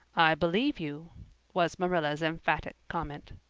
i believe you was marilla's emphatic comment.